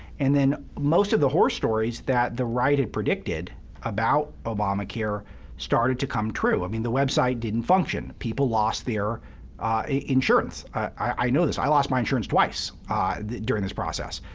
and then most of the horror stories that the right had predicted about obamacare started to come true. i mean, the website didn't function people lost their insurance. i know this i lost my insurance twice ah during this process.